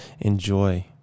Enjoy